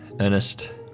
Ernest